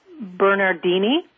Bernardini